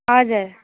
हजुर